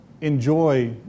enjoy